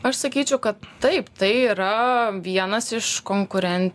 aš sakyčiau kad taip tai yra vienas iš konkuren